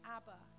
Abba